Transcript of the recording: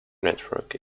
network